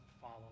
follow